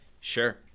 Sure